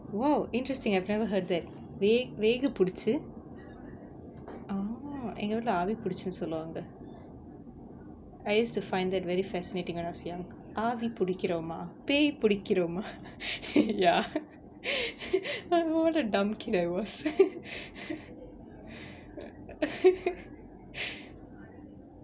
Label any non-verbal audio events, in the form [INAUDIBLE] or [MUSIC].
!wow! interesting I've never heard that வே வேகு புடுச்சு:ve vegu puduchu uh எங்க வீட்டுல ஆவி புடுச்சுனு சொல்லுவாங்க:enga veetula aavi pudichunu solluvaanga I used to find that very fascinating when I was young ஆவி புடிக்கிறோமா பேய் புடிக்கிறோமா:aavi pudikkiroma pei pudikkiroma [LAUGHS] ya ah what a dumb kid I was [LAUGHS]